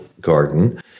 garden